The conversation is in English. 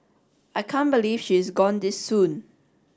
I can't believe she is gone this soon